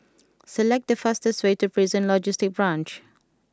select the fastest way to Prison Logistic Branch